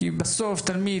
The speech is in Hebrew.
כי בסוף תלמיד,